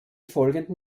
folgenden